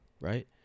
right